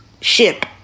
ship